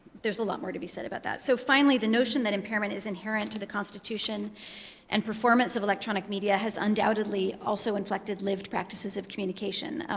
there's a lot more to be said about that. so finally, the notion that impairment is inherent to the constitution and performance of electronic media has undoubtedly also inflected lived practices of communication.